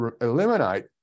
eliminate